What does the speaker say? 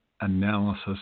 analysis